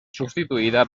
substituïda